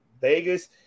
Vegas